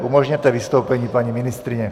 Umožněte vystoupení paní ministryně.